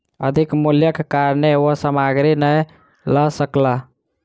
अधिक मूल्यक कारणेँ ओ सामग्री नै लअ सकला